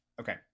Okay